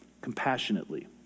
compassionately